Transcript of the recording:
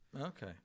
Okay